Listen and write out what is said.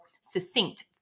succinct